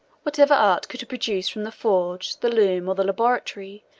whatever art could produce from the forge, the loom, or the laboratory,